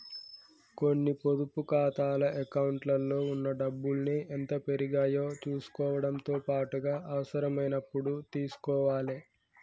కొన్ని పొదుపు ఖాతాల అకౌంట్లలో ఉన్న డబ్బుల్ని ఎంత పెరిగాయో చుసుకోవడంతో పాటుగా అవసరమైనప్పుడు తీసుకోవాలే